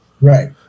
Right